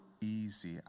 easy